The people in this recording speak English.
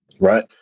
Right